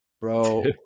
Bro